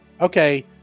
Okay